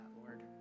Lord